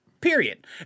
Period